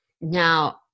Now